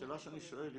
השאלה שאני שואל,